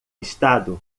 estado